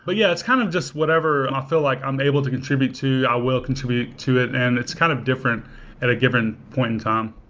but yeah, it's kind of just whatever whatever and i feel like i'm able to contribute to, i will contribute to it. and it's kind of different at a given point in time.